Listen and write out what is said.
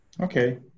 Okay